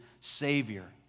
Savior